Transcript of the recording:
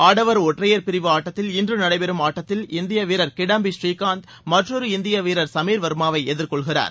ஆடவர் ஒற்றையர் பிரிவு ஆட்டத்தில் இன்று நடைபெறும் ஆட்டத்தில் இந்திய வீரர் கிடாம்பி புரீகாந்த் மற்றொரு இந்திய வீரர் சமீர் வர்மாவை எதிர் கொள்கிறார்